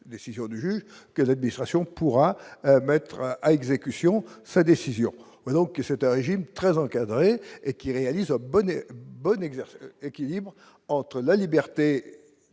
décision du juge que la distraction pourra mettre à exécution sa décision, donc c'est un régime très encadrée et qui réalise la bonne bonne exerce équilibre entre la liberté